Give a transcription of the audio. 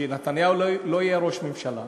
שנתניהו לא יהיה ראש ממשלה,